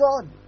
God